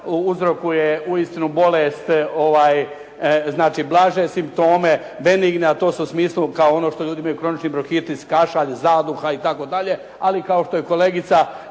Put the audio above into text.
uzrokuje bolest znači blaže simptome, benigne, a to je u onom smislu kao što ljudi imaju kronični bronhitis, kašalj, zaduha itd. ali kao što je kolegica